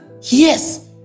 Yes